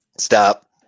stop